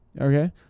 okay